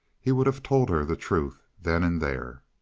he would have told her the truth then and there.